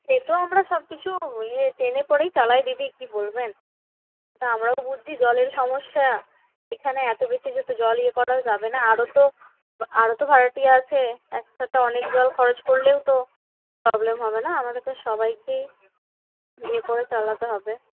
সে তো আমরা সবকিছু ইয়ে টেনে পরেই চালাই দিদি কি বলবেন তা আমরাও বুঝছি জলের সমস্যা এখানে এত বেশি করে জল করাও যাবে না আর তো আর তো ভাড়াটিয়া আছে একসাথে অনেক জল খরচ করলেও তো প্রবলেম হবে না আমাদের তো সবাইকেই ইয়ে করে চালাতে হবে